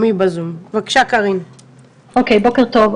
בוקר טוב.